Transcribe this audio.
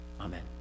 Amen